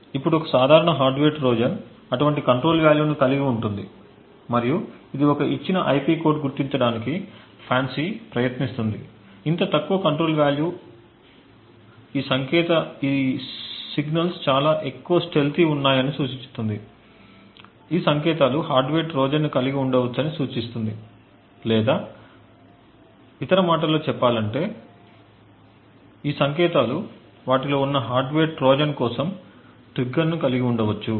ఇప్పుడు ఒక సాధారణ హార్డ్వేర్ ట్రోజన్ అటువంటి కంట్రోల్ వాల్యూను కలిగి ఉంటుంది మరియు ఇది ఒక ఇచ్చిన ఐపి కోడ్ గుర్తించడానికి FANCI ప్రయత్నిస్తుంది ఇంత తక్కువ కంట్రోల్ వాల్యూ ఈ సంకేతాలు చాలా ఎక్కువ స్టెల్తీగా ఉన్నాయని సూచిస్తుంది ఈ సంకేతాలు హార్డ్వేర్ ట్రోజన్ను కలిగి ఉండవచ్చని సూచిస్తుంది లేదా ఇతర మాటలలో చెప్పాలంటే ఈ సంకేతాలు వాటిలో ఉన్న హార్డ్వేర్ ట్రోజన్ కోసం ట్రిగ్గర్ను కలిగి ఉండవచ్చు